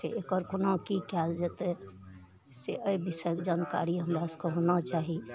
से ओकर कोना कि कएल जएतै से एहि विषयके जानकारी हमरा सभकेँ होना चाही